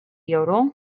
yodel